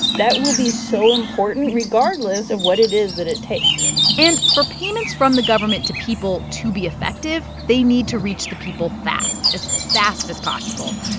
that will be so important, regardless of what it is that it takes and for payments from the government to people to be effective, they need to reach the people fast as fast as possible.